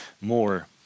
more